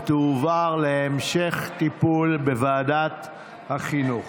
ותועבר להמשך טיפול בוועדת החינוך.